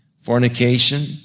fornication